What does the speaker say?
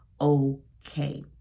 okay